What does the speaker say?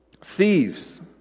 thieves